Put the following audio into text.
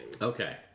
Okay